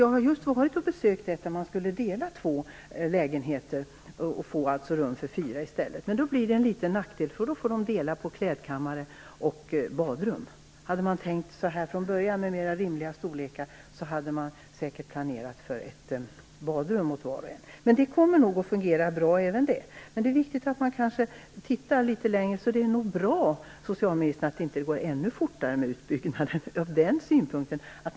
Jag har just besökt ett gruppboende där man skulle dela två lägenheter och alltså få rum för fyra i stället. Det blir en liten nackdel. De boende får dela på klädkammare och badrum. Hade man tänkt så här från början hade man säkert planerat för ett badrum åt var och en, men det kommer nog att fungera bra även det. Det är viktigt att man tittar litet längre, så det är nog bra, socialministern, att det inte går ännu fortare med utbyggnaden.